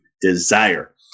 desire